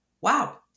Wow